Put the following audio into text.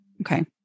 Okay